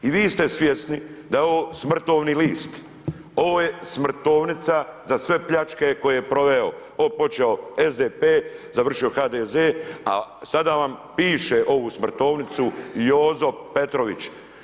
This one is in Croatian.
I vi ste svjesni da je ovo smrtovni list, ovo je smrtovnica za sve pljačke koje je proveo, ovo je počeo SDP, završio HDZ, a sada vam piše ovu smrtovnicu Jozo Petrović.